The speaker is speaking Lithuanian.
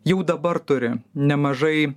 jau dabar turi nemažai